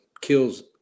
kills